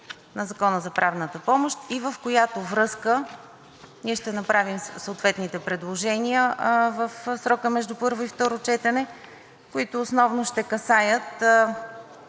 на Закона за правната помощ и в която връзка ние ще направим съответните предложения в срока между първо и второ четене, които основно ще касаят